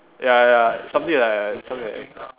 ya ya something like something like